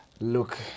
look